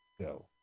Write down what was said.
go